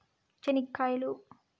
చెనిక్కాయలు